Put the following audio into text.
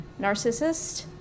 narcissist